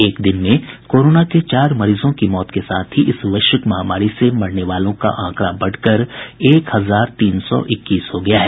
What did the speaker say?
एक दिन में कोरोना के चार मरीजों की मौत के साथ ही इस वैश्विक महामारी से मरने वालों का आंकड़ा बढ़कर एक हजार तीन सौ इक्कीस हो गया है